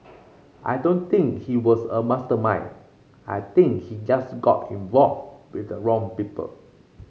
I don't think he was a mastermind I think he just got involved with the wrong people